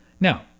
Now